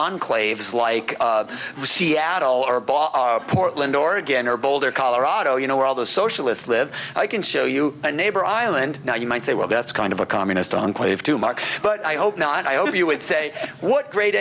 enclaves like seattle or bought portland oregon or boulder colorado you know where all the socialists live i can show you neighbor island now you might say well that's kind of a communist enclave to mark but i hope not i hope you would say what gr